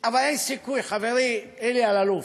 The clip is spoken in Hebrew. אבל אין סיכוי, חברי אלי אלאלוף.